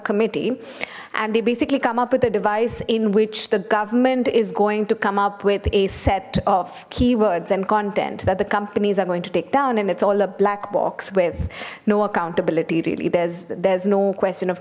committee and they basically come up with a device in which the government is going to come up with a set of keywords and content that the companies are going to take down and it's all a black box with no accountability really there's there's no question of